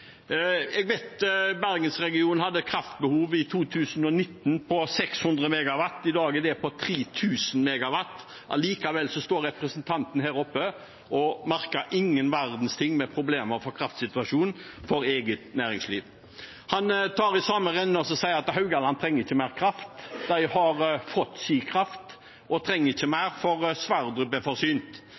Jeg vet at bergensregionen hadde et kraftbehov i 2019 på 600 MW. I dag er det på 3 000 MW. Likevel står representanten her oppe og merker ingen verdens ting, ingen problemer i kraftsituasjonen for eget næringsliv. I samme rennet sier han at Haugalandet ikke trenger mer kraft. De har fått sin kraft og trenger ikke mer, for